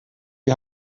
die